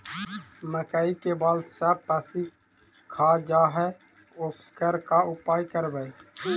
मकइ के बाल सब पशी खा जा है ओकर का उपाय करबै?